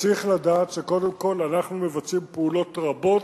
וצריך לדעת שקודם כול אנחנו מבצעים פעולות רבות